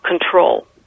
control